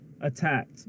attacked